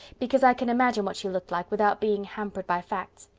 because i can imagine what she looked like, without being hampered by facts.